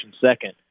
second